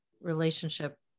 relationship